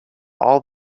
all